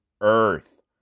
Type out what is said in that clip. Earth